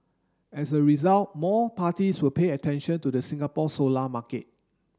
as a result more parties will pay attention to the Singapore solar market